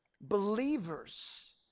Believers